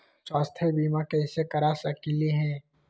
स्वाथ्य बीमा कैसे करा सकीले है?